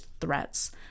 threats